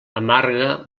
amarga